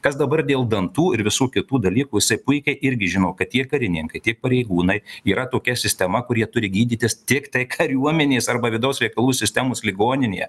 kas dabar dėl dantų ir visų kitų dalykų jisai puikiai irgi žino kad tiek karininkai tiek pareigūnai yra tokia sistema kur jie turi gydytis tiktai kariuomenės arba vidaus reikalų sistemos ligoninėje